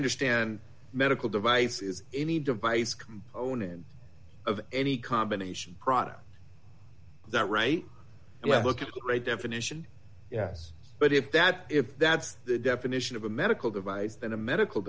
understand medical device is any device component of any combination product that right well look at great definition yes but if that if that's the definition of a medical device then a medical